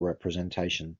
representation